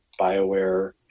Bioware